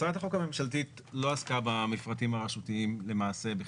הצעת החוק הממשלתית לא עסקה המפרטים הרשותיים למעשה בכלל.